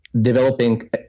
developing